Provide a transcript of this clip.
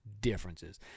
differences